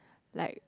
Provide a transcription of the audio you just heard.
like